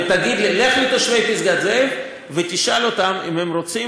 לך לתושבי פסגת זאב ותשאל אותם אם הם רוצים